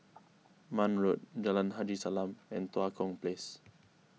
Marne Road Jalan Haji Salam and Tua Kong Place